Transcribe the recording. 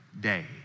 day